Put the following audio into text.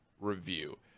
review